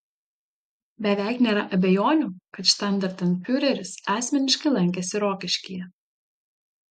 beveik nėra abejonių kad štandartenfiureris asmeniškai lankėsi rokiškyje